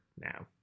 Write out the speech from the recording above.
now